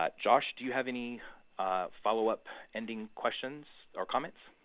ah josh, do you have any follow-up ending questions? or comments?